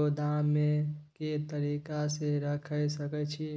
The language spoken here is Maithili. गोदाम में के तरीका से रयख सके छी?